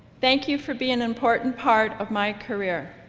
thank you for being an important part of my career.